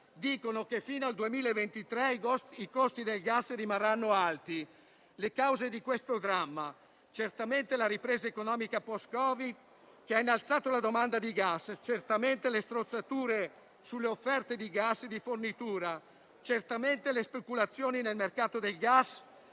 dicono che fino al 2023 i costi del gas rimarranno alti. Le cause di questo dramma: certamente la ripresa economica *post* Covid, che ha innalzato la domanda di gas, le strozzature sulle offerte di gas di fornitura, le speculazioni nel mercato del gas